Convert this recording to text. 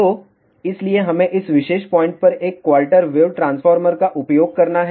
तो इसलिए हमें इस विशेष पॉइंट पर एक क्वार्टर वेव ट्रांसफॉर्मर का उपयोग करना है